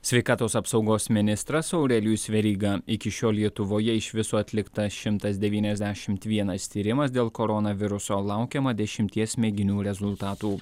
sveikatos apsaugos ministras aurelijus veryga iki šiol lietuvoje iš viso atlikta šimtas devyniasdešimt vienas tyrimas dėl koronaviruso laukiama dešimties mėginių rezultatų